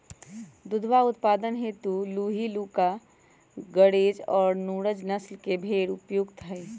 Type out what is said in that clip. दुधवा उत्पादन हेतु लूही, कूका, गरेज और नुरेज नस्ल के भेंड़ उपयुक्त हई